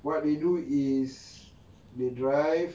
what they do is they drive